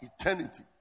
eternity